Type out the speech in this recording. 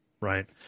Right